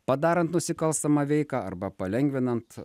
padarant nusikalstamą veiką arba palengvinant